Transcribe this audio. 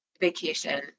vacation